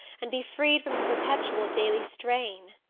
and be freed from the perpetual daily strain!